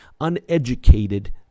uneducated